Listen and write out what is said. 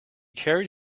carried